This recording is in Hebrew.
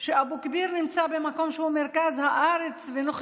שאבו כביר נמצא במקום שהוא מרכז הארץ ונוח